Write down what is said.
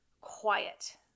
quiet